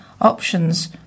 options